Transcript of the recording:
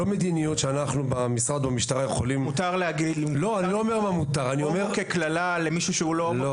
מותר להגיד הומו כקללה למישהו שהוא לא להט"ב,